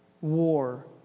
war